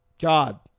God